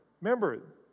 Remember